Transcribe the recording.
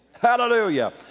Hallelujah